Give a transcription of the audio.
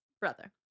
brother